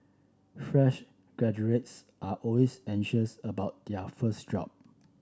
fresh graduates are always anxious about their first job